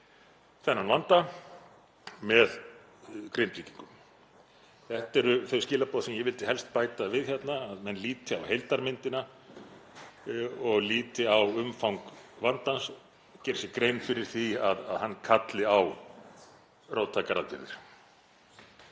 þennan vanda með Grindvíkingum. Þetta eru þau skilaboð sem ég vildi helst bæta við hérna, að menn líti á heildarmyndina og líti á umfang vandans og geri sér grein fyrir því að hann kalli á róttækar aðgerðir.